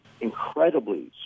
incredibly